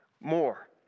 More